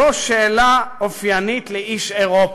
זו שאלה אופיינית לאיש אירופה.